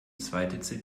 zweite